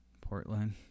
Portland